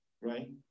right